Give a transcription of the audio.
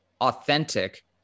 authentic